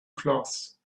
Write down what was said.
cloths